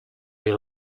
your